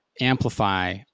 Amplify